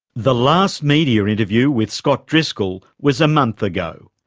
the last media interview with scott driscoll was a month ago,